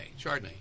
Chardonnay